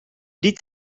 die